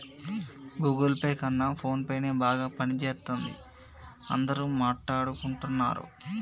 Google pay కన్నా ఫోన్పేనే బాగా పనిజేత్తందని అందరూ మాట్టాడుకుంటన్నరు